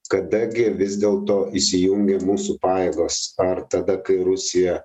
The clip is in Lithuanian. kada gi vis dėlto įsijungia mūsų pajėgos ar tada kai rusija